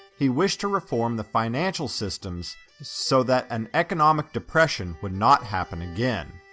he wished to reform the financial systems so that an economic depression would not happen again.